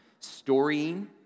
storying